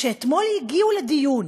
שאתמול הגיעו לדיון